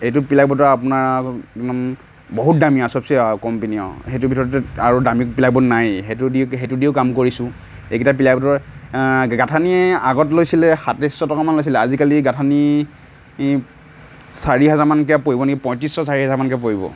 এইটো প্লাই বৰ্ডৰ আপোনাৰ বহুত দামী আৰু চবচে আৰু কম্পেনী আৰু সেইটোৰ ভিতৰত আৰু দামী প্লাই বৰ্ড নায়ে সেইটোদি সেইটোদিও কাম কৰিছোঁ এইকেইটা প্লাই বৰ্ডৰ গাঁথানী আগত লৈছিলে সাতত্ৰিছশ টকা মান লৈছিলে আজিকালি গাঁথানী ই চাৰিহাজাৰ মানকৈ পৰিব নেকি পঁয়ত্ৰিচশ চাৰিহাজাৰ মানকৈ পৰিব